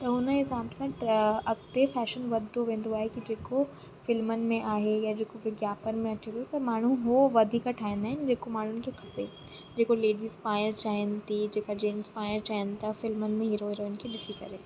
त हुन हिसाब सां अॻिते फैशन वधंदो वेंदो आहे की जेको फिल्मनि में आहे या जेको विज्ञापन में अचे थो त माण्हू उहो वधीक ठाहींदा आहिनि जेको माण्हुनि खे खपे जेको लेडिस पाइण चाहिनि थी जेका जेन्ट्स पाइण चाहिनि था फिल्मनि में हीरो हीरोइन खे ॾिसी करे